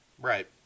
Right